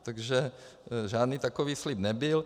Takže žádný takový slib nebyl.